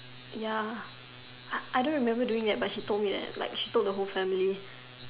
ya I don't remember doing it but she told me it she told the whole family